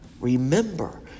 remember